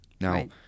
Now